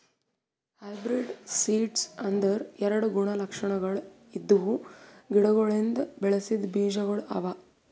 hybrid seeds ಅಂದುರ್ ಎರಡು ಗುಣ ಲಕ್ಷಣಗೊಳ್ ಇದ್ದಿವು ಗಿಡಗೊಳಿಂದ್ ಬೆಳಸಿದ್ ಬೀಜಗೊಳ್ ಅವಾ